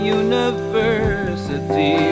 university